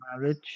marriage